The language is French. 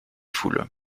foules